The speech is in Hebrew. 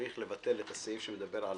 צריך לבטל את הסעיף שמדבר על